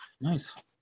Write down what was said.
Nice